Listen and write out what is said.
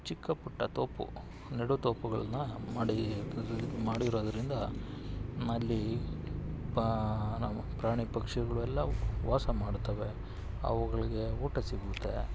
ಚಿಕ್ಕ ಪುಟ್ಟ ತೋಪು ನಡು ತೋಪುಗಳನ್ನು ಮಾಡಿದ್ರು ಅದರಲ್ಲಿ ಮಾಡಿರೋದ್ರಿಂದ ನಮ್ಮಲ್ಲಿ ಪಾ ನಮ್ಮ ಪ್ರಾಣಿ ಪಕ್ಷಿಗಳೆಲ್ಲ ವಾಸ ಮಾಡುತ್ತವೆ ಅವುಗಳಿಗೆ ಊಟ ಸಿಗುತ್ತೆ